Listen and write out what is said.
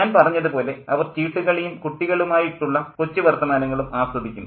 ഞാൻ പറഞ്ഞതുപോലെ അവർ ചീട്ടുകളിയും കുട്ടികളുമായിട്ടുള്ള കൊച്ചുവർത്തമാനങ്ങളും ആസ്വദിക്കുന്നു